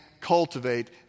cultivate